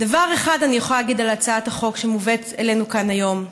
דבר אחד אני יכולה להגיד על הצעת החוק שמובאת אלינו כאן היום: